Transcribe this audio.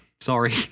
sorry